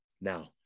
now